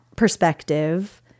perspective